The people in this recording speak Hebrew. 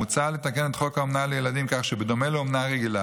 מוצע לתקן את חוק אומנה לילדים כך שבדומה לאומנה רגילה,